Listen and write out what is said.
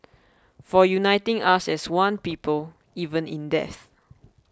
for uniting us as one people even in death